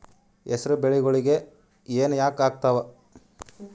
ಹೆಸರು ಬೆಳಿಗೋಳಿಗಿ ಹೆನ ಯಾಕ ಆಗ್ತಾವ?